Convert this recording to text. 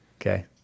okay